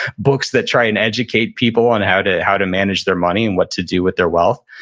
books that try and educate people on how to how to manage their money and what to do with their wealth,